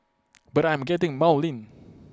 but I am getting maudlin